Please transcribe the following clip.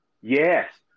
yes